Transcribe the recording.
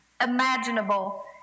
imaginable